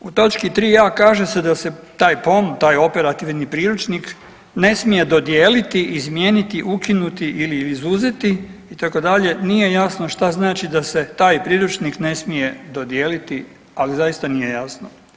U točki 3a. kaže se da se taj operativni priručnik ne smije dodijeliti, izmijeniti, ukinuti ili izuzeti itd. nije jasno što znači da se taj priručnik ne smije dodijeliti, ali zaista nije jasno.